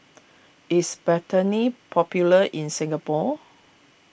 is Betadine popular in Singapore